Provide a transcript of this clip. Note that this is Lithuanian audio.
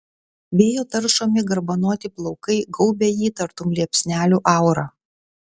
vėjo taršomi garbanoti plaukai gaubia jį tartum liepsnelių aura